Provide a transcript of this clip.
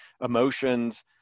emotions